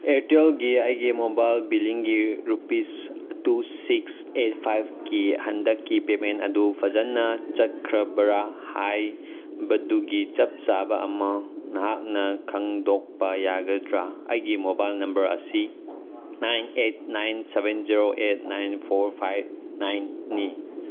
ꯏꯌꯔꯇꯦꯜꯒꯤ ꯑꯩꯒꯤ ꯃꯣꯕꯥꯏꯜ ꯕꯤꯜꯂꯤꯡꯒꯤ rupees two six eight ꯐꯥꯏꯚꯀꯤ ꯍꯟꯗꯛꯀꯤ ꯄꯦꯃꯦꯟ ꯑꯗꯨ ꯐꯖꯅ ꯆꯠꯈ꯭ꯔꯕꯔꯥ ꯍꯥꯏꯕꯗꯨꯒꯤ ꯆꯞ ꯆꯥꯕ ꯑꯃ ꯅꯍꯥꯛꯅ ꯈꯪꯗꯣꯛꯄ ꯌꯥꯒꯗ꯭ꯔꯥ ꯑꯩꯒꯤ ꯃꯣꯕꯥꯏꯜ ꯅꯝꯕꯔ ꯑꯁꯤ nine eight nine seven zero eight nine four five ꯅꯥꯏꯟꯅꯤ